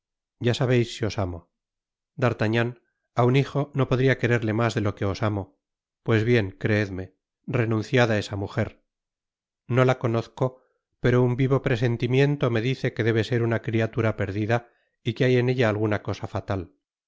ya sabeis si os amo d'artagnan á un hijo no podria quererle mas de lo que os amo pues bien creedme renunciad á esa mujer no la conozco pero un vivo presentimiento me dice que debe ser una criatura perdida y que hay en ella alguna cosa fatal